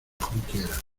junquera